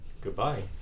goodbye